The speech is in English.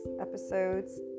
Episodes